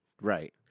Right